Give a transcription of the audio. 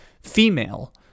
female